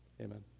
Amen